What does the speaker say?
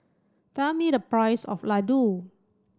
tell me the price of Ladoo